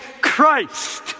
Christ